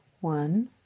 one